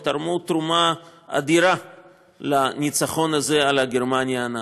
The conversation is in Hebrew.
ותרמו תרומה אדירה לניצחון הזה על גרמניה הנאצית.